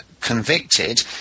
convicted